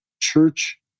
church